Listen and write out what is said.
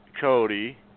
Cody